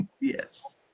yes